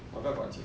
我不要管钱